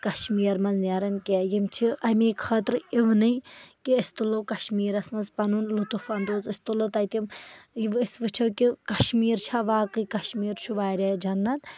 کَشمیٖر منٛز نیٚران کیٚنٛہہ یِم چھِ اَمی خٲطرٕ یِونے کہِ أسۍ تُلو کشمیٖرَس منٛز پَنُن لُطف اَنٛدوز أسۍ تُلو تَتہِ یِم یہِ أسۍ وٕچھو کہِ کشمیٖر چھا واقے کشمیٖر چھُ واریاہ جنت